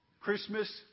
Christmas